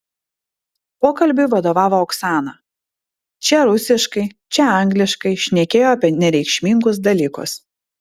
pokalbiui vadovavo oksana čia rusiškai čia angliškai šnekėjo apie nereikšmingus dalykus